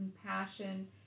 compassion